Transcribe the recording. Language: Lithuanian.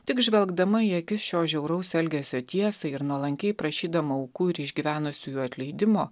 tik žvelgdama į akis šio žiauraus elgesio tiesai ir nuolankiai prašydama aukų ir išgyvenusiųjų atleidimo